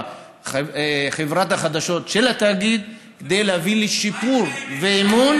חברת החדשות של התאגיד, כדי להביא לשיפור ואמון,